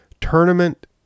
tournament